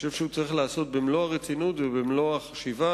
אני חושב שהוא צריך להיעשות במלוא הרצינות ובמלוא החשיבה,